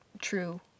true